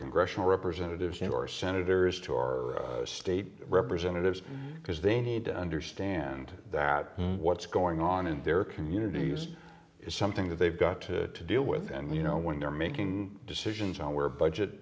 congressional representatives your senators to or state representatives because they need to understand that what's going on in their communities is something that they've got to deal with and you know when they're making decisions on where budget